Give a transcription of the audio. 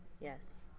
yes